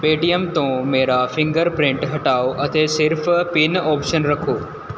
ਪੇ T M ਤੋਂ ਮੇਰਾ fingerprint ਹਟਾਓ ਅਤੇ ਸਿਰਫ਼ ਪਿਨ ਔਪਸ਼ਨ ਰੱਖੋ